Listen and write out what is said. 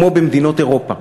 כמו במדינות אירופה,